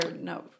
no